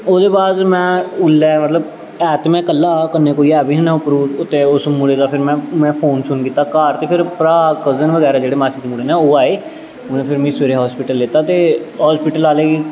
ओह्दे बाद में उल्लै मतलब ऐ ते में कल्ला हा कन्नै कोई ऐ बी नेईं हा उप्परों ते उस मुड़े गी में में फोन शोन कीता घर ते फिर भ्राऽ कज़न बगैरा जेह्ड़े मासी दे मुड़े बगैरा न ओह् आए ते मीं फिर सवेरै हस्पिटल लेता ते हस्पिटल आह्लें गी